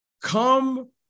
come